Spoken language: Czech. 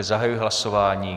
Zahajuji hlasování.